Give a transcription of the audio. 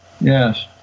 yes